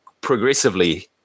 progressively